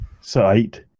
site